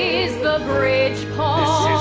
is the bridge, paul,